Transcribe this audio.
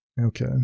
Okay